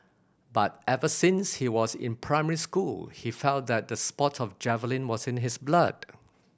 but ever since he was in primary school he felt that the sport of javelin was in his blood